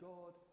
God